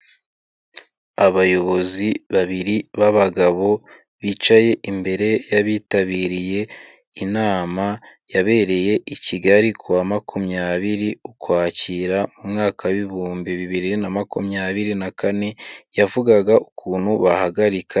Abayobozi babiri b'abagabo bicaye imbere y'abitabiriye inama, yabereye i Kigali ku wa makumyabiri, ukwakira, umwaka w'ibihumbi bibiri na makumyabiri na kane, yavugaga ukuntu bahagarika.